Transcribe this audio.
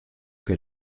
que